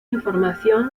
información